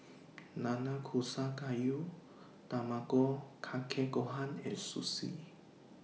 Nanakusa Gayu Tamago Kake Gohan and Sushi